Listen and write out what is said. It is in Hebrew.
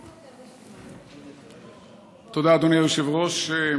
תודה, אדוני היושב-ראש.